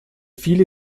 viele